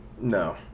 No